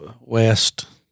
west